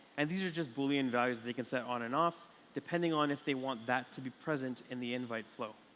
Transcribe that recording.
and these are just boolean values they can set on and off depending on if they want that to be present in the invite flow.